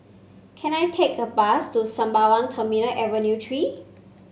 can I take a bus to Sembawang Terminal Avenue Three